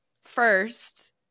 first